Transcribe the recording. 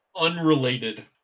unrelated